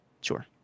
Sure